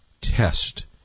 test